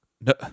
No